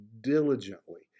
diligently